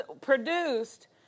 produced